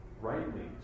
rightly